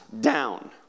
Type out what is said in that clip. down